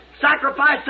Sacrifice